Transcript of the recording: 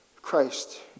Christ